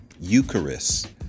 Eucharist